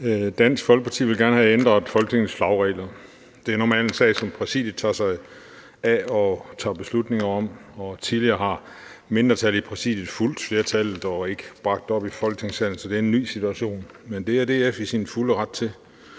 Dansk Folkeparti vil gerne have ændret Folketingets flagregler. Det er normalt en sag, som Præsidiet tager sig af og tager beslutning om, og tidligere har mindretal i Præsidiet fulgt flertallet og har ikke bragt det op i Folketingssalen, så det er en ny situation. Men det er DF i sin fulde ret til.